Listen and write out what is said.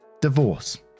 Divorce